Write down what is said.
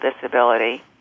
disability